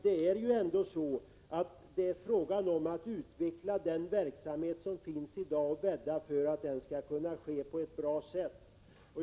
Det är ändå fråga om att utveckla den verksamhet som finns i dag och bädda för att den skall kunna ske på ett bra sätt.